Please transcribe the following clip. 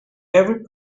every